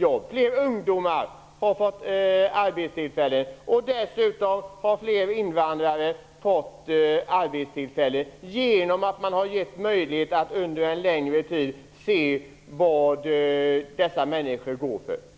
jobb, att fler ungdomar och invandrare har fått jobb genom att man har gett möjlighet att under en längre tid se vad dessa människor går för.